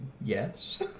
Yes